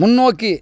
முன்னோக்கி